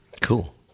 Cool